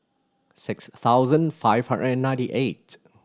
six thousand five hundred and ninety eight